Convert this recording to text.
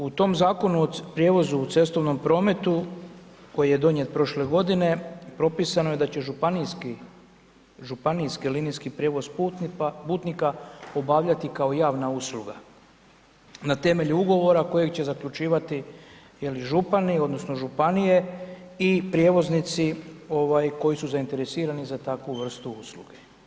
U tom Zakonu o prijevozu u cestovnom prometu, koji je donijet prošle godine, propisano je da će županijski linijski prijevoz putnika obavljati kao javna usluga, na temelju ugovora, kojeg će zaključivati je li župani odnosno, županije i prijevoznici koji su zainteresirani za takvu vrstu usluge.